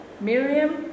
Miriam